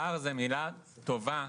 ופער זאת מילה טובה,